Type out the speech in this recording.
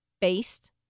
based